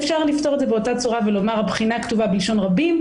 אפשר לפתור את זה באותה צורה ולומר: הבחינה כתובה בלשון רבים,